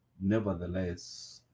Nevertheless